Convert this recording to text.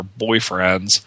boyfriends